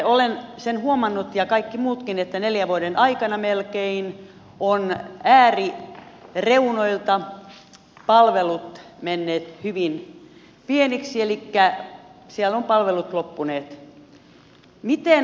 olen sen huomannut ja kaikki muutkin ovat huomanneet että neljän vuoden aikana melkein ovat äärireunoilta palvelut menneet hyvin pieniksi elikkä sieltä ovat palvelut loppuneet